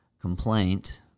complaint